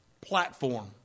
platform